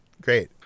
great